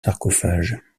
sarcophages